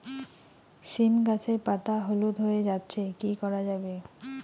সীম গাছের পাতা হলুদ হয়ে যাচ্ছে কি করা যাবে?